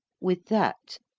with that,